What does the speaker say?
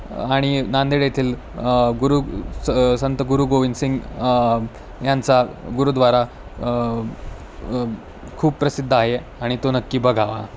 आणि नांदेड येथील गुरु स संत गुरु गोविंदसिंग यांचा गुरुद्वारा खूप प्रसिद्ध आहे आणि तो नक्की बघावा